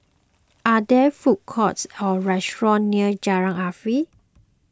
are there food courts or restaurants near Jalan Arif